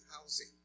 housing